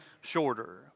shorter